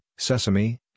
Sesame